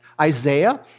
Isaiah